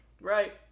Right